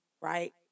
Right